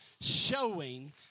showing